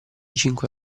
cinque